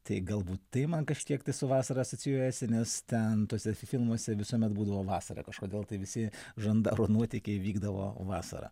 tai galbūt tai man kažkiek tai su vasara asocijuojasi nes ten tuose filmuose visuomet būdavo vasara kažkodėl tai visi žandaro nuotykiai vykdavo vasarą